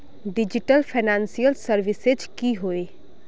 Digital financial services की होय?